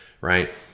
right